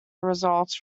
results